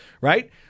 right